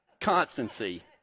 Constancy